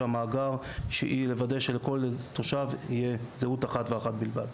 המאגר שהיא לוודא שלכל תושב תהיה זהות אחת ואחת בלבד.